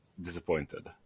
disappointed